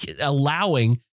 allowing